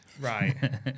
right